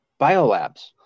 biolabs